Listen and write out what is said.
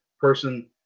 person